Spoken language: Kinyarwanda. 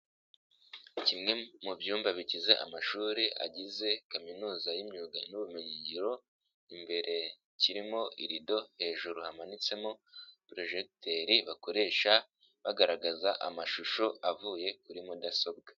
Kimwe mu byumba bigize amashuri agize kaminuza y'imyuga n'ubumenyingiro, imbere kirimo irido, hejuru hamanitsemo porojegiteri bakoresha bagaragaza amashusho avuye kuri mudasobwa.